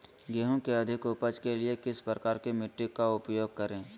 गेंहू की अधिक उपज के लिए किस प्रकार की मिट्टी का उपयोग करे?